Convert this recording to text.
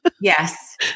Yes